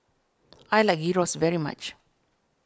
I like Gyros very much